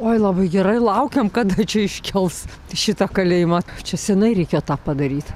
oi labai gerai laukiam kada čia iškels šitą kalėjimą čia senai reikėjo tą padaryt